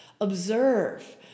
observe